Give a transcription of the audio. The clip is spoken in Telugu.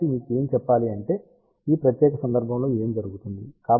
కాబట్టి మీకు చెప్పాలంటే ఈ ప్రత్యేక సందర్భంలో ఏమి జరుగుతుంది